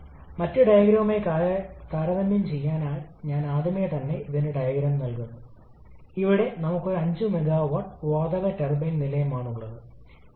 ഒരു ടർബൈനിന്റെ കാര്യത്തിൽ നമുക്ക് കഴിയുന്നത്ര ഔട്ട്പുട്ട് ലഭിക്കാൻ ആഗ്രഹിക്കുന്നുവെങ്കിൽ നിർദ്ദിഷ്ട വോള്യവും വലുതായിരിക്കണം